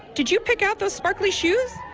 did you pick out those sparkly shoe?